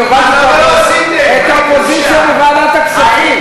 אני הובלתי את האופוזיציה בוועדת הכספים,